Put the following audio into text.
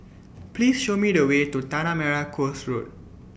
Please Show Me The Way to Tanah Merah Coast Road